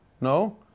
No